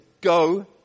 go